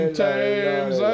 times